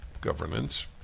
governance